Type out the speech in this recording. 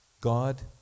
God